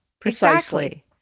Precisely